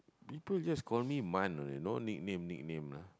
people just call me Man only no nickname nickname lah